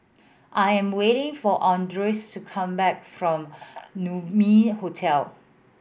I am waiting for Andreas to come back from Naumi Hotel